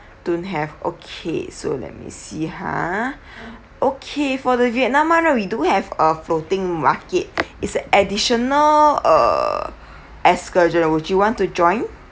don't have okay so let me see ha okay for the vietnam [one] right we do have a floating market it's a additional err excursion would you want to join